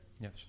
Yes